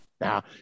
Now